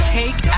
take